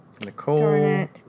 Nicole